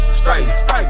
straight